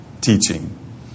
teaching